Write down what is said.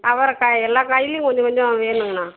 அவரைக்கா எல்லா காய்லேயும் கொஞ்சம் கொஞ்சம் வேணுங்கண்ணா